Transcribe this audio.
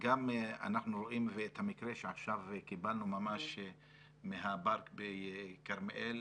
אנחנו רואים את המקרה שעכשיו קיבלנו על הפארק בכרמיאל.